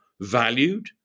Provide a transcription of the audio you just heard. valued